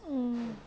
mm